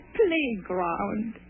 playground